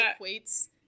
equates